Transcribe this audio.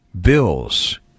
bills